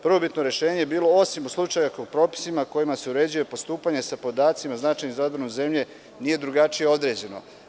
Prvobitno rešenje je bilo – osim u slučajevima ako u propisima kojima se uređuje postupanje sa podacima značajnim za odbranu zemlje nije drugačije određeno.